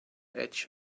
edge